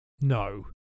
no